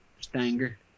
stanger